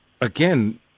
again